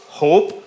hope